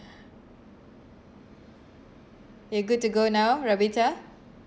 you're good to go now ravita